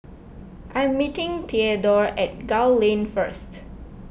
I am meeting theadore at Gul Lane first